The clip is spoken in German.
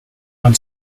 man